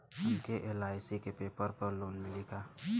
हमके एल.आई.सी के पेपर पर लोन मिली का?